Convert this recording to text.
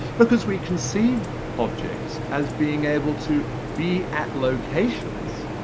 because we conceive objects as being able to be at locations,